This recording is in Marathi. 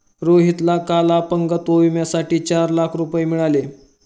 रोहितला काल अपंगत्व विम्यासाठी चार लाख रुपये मिळाले